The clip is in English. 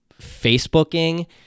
Facebooking